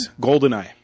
Goldeneye